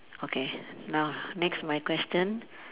okay now lah next my question